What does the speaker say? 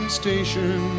station